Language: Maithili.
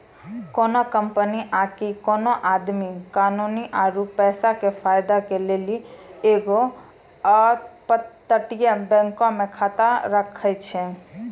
कोनो कंपनी आकि कोनो आदमी कानूनी आरु पैसा के फायदा के लेली एगो अपतटीय बैंको मे खाता राखै छै